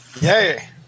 Yay